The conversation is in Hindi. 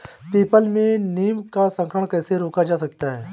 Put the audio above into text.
पीपल में नीम का संकरण कैसे रोका जा सकता है?